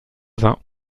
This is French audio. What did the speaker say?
vingts